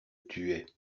tuait